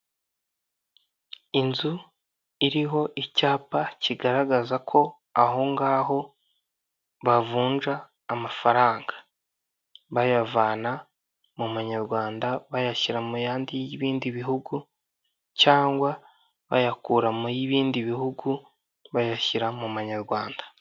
Inzu iriho icyapa kigaragaza ko ahongaho bavunja amafaranga bayavana mu myarwanda bayashyira mu yandi y'ibindi bihugu cyangwa bayakura mu y'ibindi bihugu bayashyira mu manyarwanda.